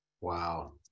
Wow